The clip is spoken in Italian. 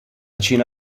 cina